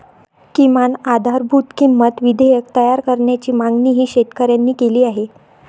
किमान आधारभूत किंमत विधेयक तयार करण्याची मागणीही शेतकऱ्यांनी केली आहे